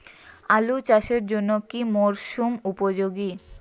আলু চাষের জন্য কি মরসুম উপযোগী?